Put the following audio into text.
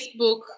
facebook